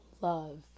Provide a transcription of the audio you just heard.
love